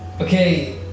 Okay